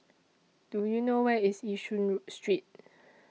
Do YOU know Where IS Yishun Row Street